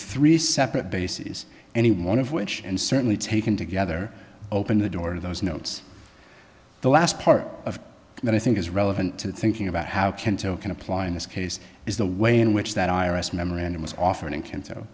three separate bases and one of which and certainly taken together open the door to those notes the last part of that i think is relevant to thinking about how canto can apply in this case is the way in which that i r s memorandum was offered in kan